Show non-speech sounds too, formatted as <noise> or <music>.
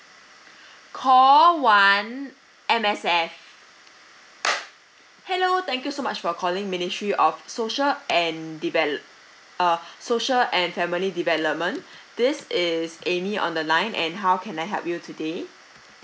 <breath> call one M_S_F hello thank you so much for calling ministry of social and develop uh social and family development <breath> this is amy on the line and how can I help you today